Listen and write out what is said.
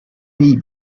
pays